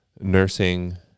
nursing